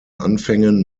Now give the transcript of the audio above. anfängen